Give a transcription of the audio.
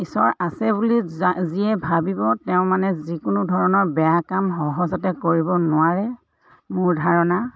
ঈশ্বৰ আছে বুলি যিয়ে ভাবিব তেওঁ মানে যিকোনো ধৰণৰ বেয়া কাম সহজতে কৰিব নোৱাৰে মোৰ ধাৰণা